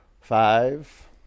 five